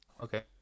okay